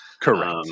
Correct